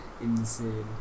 Insane